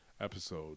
episode